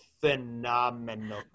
phenomenal